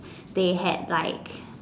they had like